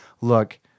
look